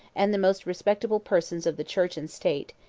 and the most respectable persons of the church and state,